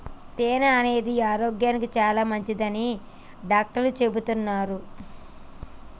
తేనె అనేది ఆరోగ్యానికి చాలా మంచిదని డాక్టర్లు చెపుతాన్రు